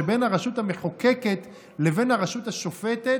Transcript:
שבין הרשות המחוקקת לבין הרשות השופטת,